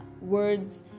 words